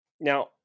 Now